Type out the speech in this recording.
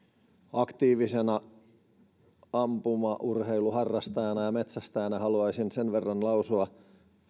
aktiivisena ampumaurheiluharrastajana ja metsästäjänä haluaisin tämän verran lausua